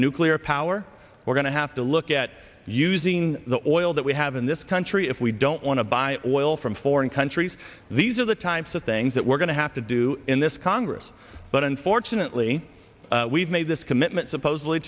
nuclear power we're going to have to look at using the oil that we have in this country if we don't want to buy oil from foreign countries these are the times of things that we're going to have to do in this congress but unfortunately we've made this commitment supposedly